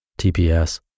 TPS